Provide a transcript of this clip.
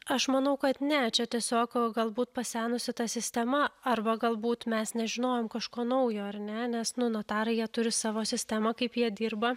aš manau kad ne čia tiesiog galbūt pasenusi ta sistema arba galbūt mes nežinojom kažko naujo ar ne nes nu notarai jie turi savo sistemą kaip jie dirba